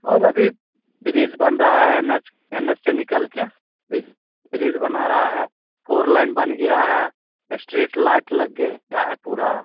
और अभी ब्रिज बन रहा है एन एच एन एच से निकल कर बिज़ ब्रिज बना रहा है फोर लेन बन गया है इस्ट्रीट लाइट लग गया है पूरा